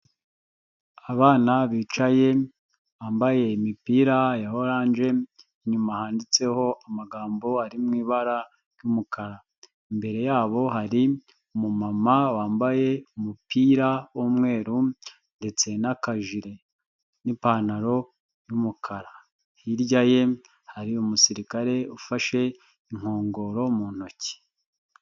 Abana bicaye bambaye imipira ya oranje, inyuma handitseho amagambo ari mu ibara ry'umukara. Imbere yabo hari umumama wambaye umupira w'umweru ndetse n'akajire n'ipantaro y'umukara. Hirya ye hari umusirikare ufashe inkongoro mu ntoki.